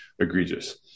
egregious